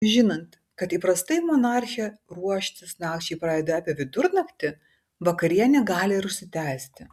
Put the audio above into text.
žinant kad įprastai monarchė ruoštis nakčiai pradeda apie vidurnaktį vakarienė gali ir užsitęsti